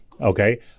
okay